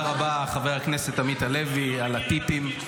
תודה רבה, חבר הכנסת עמית הלוי, על הטיפים.